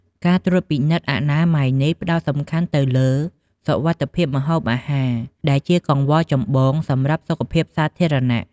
ការត្រួតពិនិត្យអនាម័យនេះ ផ្តោតសំខាន់ទៅលើ សុវត្ថិភាពម្ហូបអាហារ ដែលជាកង្វល់ចម្បងសម្រាប់សុខភាពសាធារណៈ។